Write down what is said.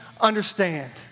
understand